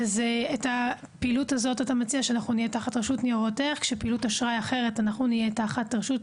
אתה מציע שבפעילות הזו אנחנו נהיה תחת רשות